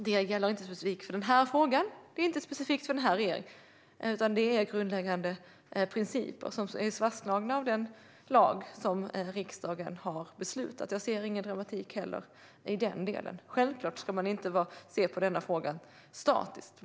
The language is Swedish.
Det är inte specifikt för den här frågan och inte specifikt för den här regeringen, utan det är grundläggande principer som är fastslagna i den lag som riksdagen har beslutat. Jag ser heller ingen dramatik i den delen - självklart ska man inte se på den här frågan statiskt.